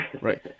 Right